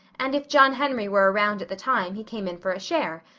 and if john henry were around at the time, he came in for a share,